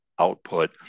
output